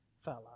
fella